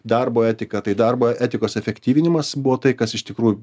darbo etika tai darbo etikos efektyvinimas buvo tai kas iš tikrųjų